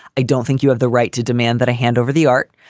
i don't think you have the right to demand that a hand over the art.